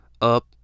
up